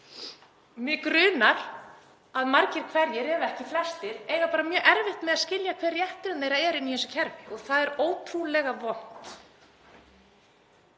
Mig grunar að margir hverjir, ef ekki flestir eigi mjög erfitt með að skilja hver réttur þeirra er í þessu kerfi og það er ótrúlega vont.